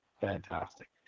fantastic